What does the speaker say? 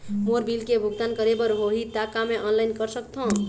मोर bill के भुगतान करे बर होही ता का मैं ऑनलाइन कर सकथों?